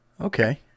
okay